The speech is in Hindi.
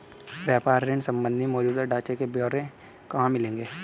व्यापार ऋण संबंधी मौजूदा ढांचे के ब्यौरे कहाँ मिलेंगे?